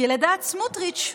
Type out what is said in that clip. כי לדעת סמוטריץ',